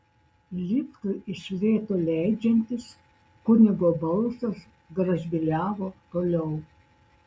liftui iš lėto leidžiantis kunigo balsas gražbyliavo toliau